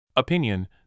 Opinion